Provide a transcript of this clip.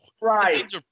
Right